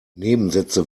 nebensätze